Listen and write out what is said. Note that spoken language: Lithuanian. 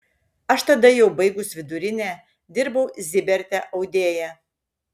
aš tada jau baigus vidurinę dirbau ziberte audėja